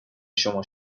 شما